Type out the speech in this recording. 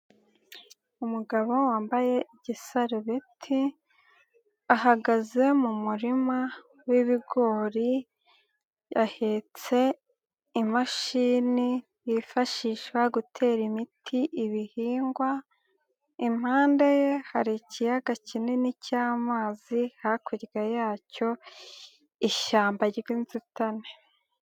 Umugabo wambaye igisarubeti ahagaze mu murima w'ibigori, ahetse imashini yifashisha gutera imiti ibihingwa. Impande ye hari ikiyaga kinini cy'amazi, hakurya yacyo ishyamba ry'inzitane.